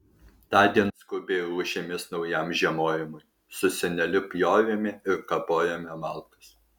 tądien skubiai ruošėmės naujam žiemojimui su seneliu pjovėme ir kapojome malkas